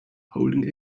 holding